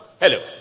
hello